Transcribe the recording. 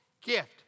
gift